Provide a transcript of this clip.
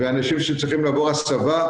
ואנשים שצריכים לעבור הסבה.